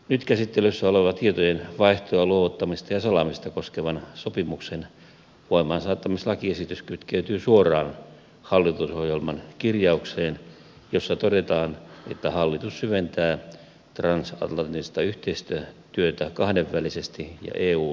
nyt käsittelyssä oleva tietojen vaihtoa luovuttamista ja salaamista koskevan sopimuksen voimaansaattamislakiesitys kytkeytyy suoraan hallitusohjelman kirjaukseen jossa todetaan että hallitus syventää transatlanttista yhteistyötä kahdenvälisesti ja eun kautta